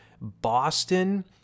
Boston